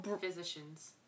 physicians